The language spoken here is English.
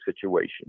situation